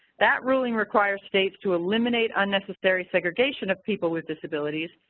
that ruling requires states to eliminate unnecessary segregation of people with disabilities,